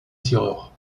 tireur